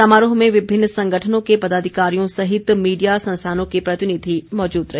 समारोह में विभिन्न संगठनों के पदाधिकारियों सहित मीडिया संस्थानों के प्रतिनिधि मौजूद रहे